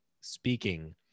speaking